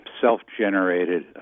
self-generated